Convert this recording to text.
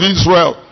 Israel